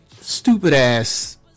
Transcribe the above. stupid-ass